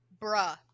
Bruh